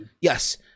Yes